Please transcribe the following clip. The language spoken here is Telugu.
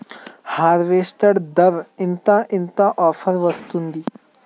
హార్వెస్టర్ ధర ఎంత ఎంత ఆఫర్ వస్తుంది?